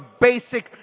basic